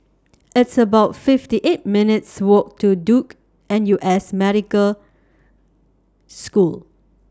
It's about fifty eight minutes' Walk to Duke N U S Medical School